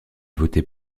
votée